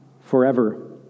forever